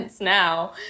now